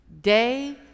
day